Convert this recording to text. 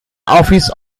office